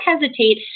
hesitate